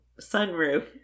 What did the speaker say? sunroof